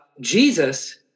Jesus